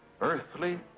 Earthly